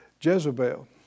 Jezebel